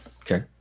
Okay